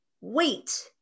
wait